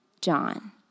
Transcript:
John